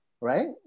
right